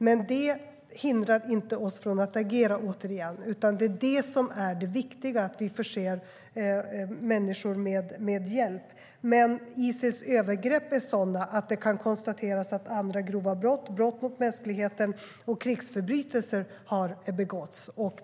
Men det hindrar oss inte från att agera, och det viktiga är att vi förser människor med hjälp. Isils övergrepp är dock sådana att det kan konstateras att andra grova brott, brott mot mänskligheten och krigsförbrytelser har begåtts.